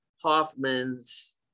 hoffman's